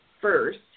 first